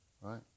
right